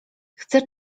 chce